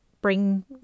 bring